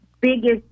biggest